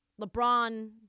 LeBron